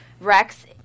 Rex